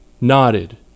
nodded